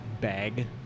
bag